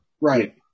Right